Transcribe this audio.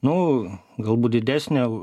nu galbūt didesnė